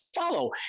follow